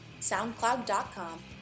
SoundCloud.com